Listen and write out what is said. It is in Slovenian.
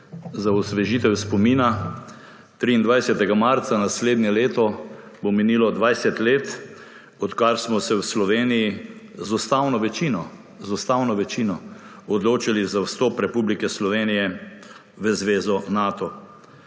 Za osvežitev spomina. 23. marca naslednje leto bo minilo 20 let, odkar smo se v Sloveniji z ustavno večino, z ustavno večino odločili za vstop Republike Slovenije v zvezo Nato.